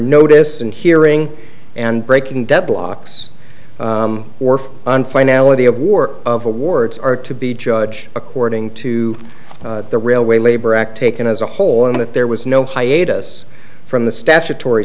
notice and hearing and breaking deadlocks worth and finality of war of awards are to be judge according to the railway labor act taken as a whole and that there was no hiatus from the statutory